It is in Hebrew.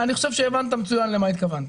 אני חושב שהבנת מצוין למה התכוונתי.